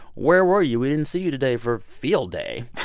where were you? we didn't see you today for field day.